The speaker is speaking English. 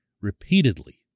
repeatedly